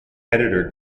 editor